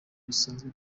bisanzwe